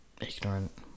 ignorant